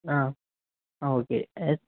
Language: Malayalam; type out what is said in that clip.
ആ ആ ഓക്കെ എസ്